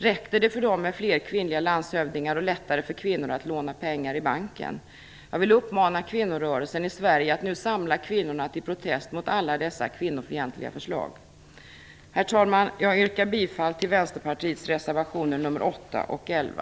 Räckte det för dem med fler kvinnliga landshövdingar och att det blev lättare för kvinnor att låna pengar i banken? Jag vill uppmana kvinnorörelsen i Sverige att nu samla kvinnorna till protest mot alla dessa kvinnofientliga förslag. Herr talman! Jag yrkar bifall till Vänsterpartiets reservationer nr 8 och 11.